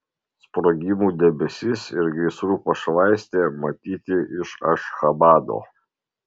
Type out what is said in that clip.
sprogimų debesis ir gaisrų pašvaistė matyti iš ašchabado